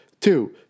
Two